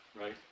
right